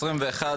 21